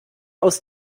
aus